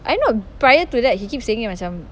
I know prior to that he keep saying macam